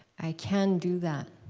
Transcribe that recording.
i can do that.